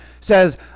says